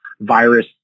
virus